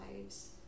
lives